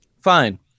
fine